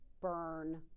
burn